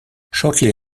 shortly